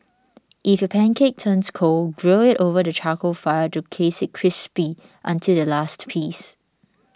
if your pancake turns cold grill it over the charcoal fire to taste it crispy until the last piece